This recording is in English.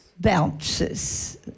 bounces